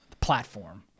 platform